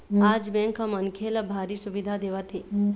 आज बेंक ह मनखे ल भारी सुबिधा देवत हे